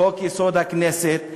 חוק-יסוד: הכנסת,